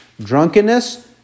drunkenness